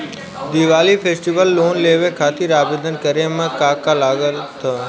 Diwali festival loan लेवे खातिर आवेदन करे म का का लगा तऽ?